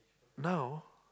now